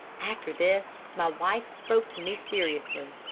after this my wife spoke to me seriously.